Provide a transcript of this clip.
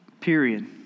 Period